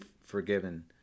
forgiven